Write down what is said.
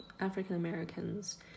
African-Americans